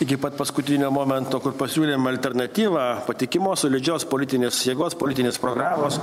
iki pat paskutinio momento kur pasiūlėm alternatyvą patikimos solidžios politinės jėgos politinės programos